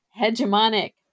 hegemonic